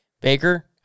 Baker